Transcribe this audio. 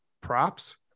props